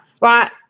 right